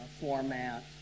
format